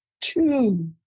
two